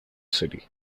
city